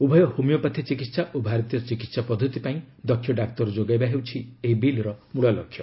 ଉଭୟ ହୋମିଓପାଥି ଚିକିତ୍ସା ଓ ଭାରତୀୟ ଚିକିତ୍ସା ପଦ୍ଧତି ପାଇଁ ଦକ୍ଷ୍ୟ ଡାକ୍ତର ଯୋଗାଇବା ହେଉଛି ଏହି ବିଲ୍ର ମୂଳ ଲକ୍ଷ୍ୟ